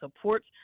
support